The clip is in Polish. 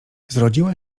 zrodziła